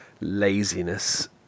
laziness